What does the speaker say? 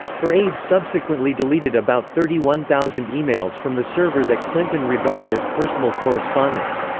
her aides subsequently deleted about thirty one thousand emails from the server that clinton regarded as personal correspondence.